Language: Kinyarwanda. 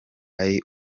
ari